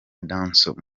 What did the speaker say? dancehall